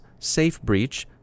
SafeBreach